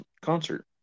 concert